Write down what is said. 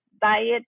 diet